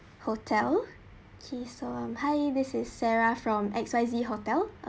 hotel okay so hi this is sarah from X Y Z hotel